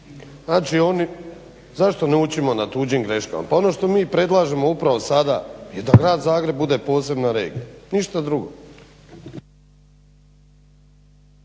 Znači oni, zašto ne učimo na tuđim greškama? Pa ono što mi predlažemo upravo sada je da grad Zagreb bude posebna regija, ništa drugo.